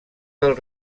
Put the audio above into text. del